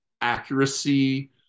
accuracy